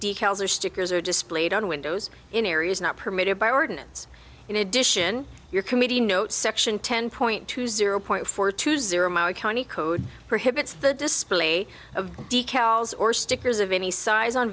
decals or stickers are displayed on windows in areas not permitted by ordinance in addition your committee notes section ten point two zero point four two zero county code prohibits the display of decals or stickers of any size on